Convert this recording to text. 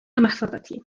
محفظتي